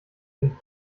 den